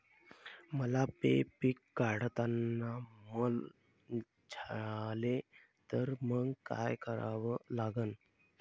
मका हे पिक काढतांना वल झाले तर मंग काय करावं लागन?